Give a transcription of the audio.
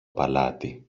παλάτι